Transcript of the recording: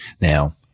Now